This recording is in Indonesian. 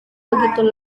begitu